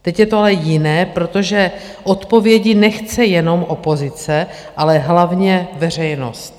Teď je to ale jiné, protože odpovědi nechce jenom opozice, ale hlavně veřejnost.